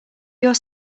your